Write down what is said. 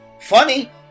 Funny